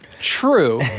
True